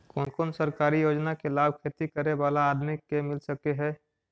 कोन कोन सरकारी योजना के लाभ खेती करे बाला आदमी के मिल सके हे?